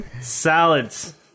Salads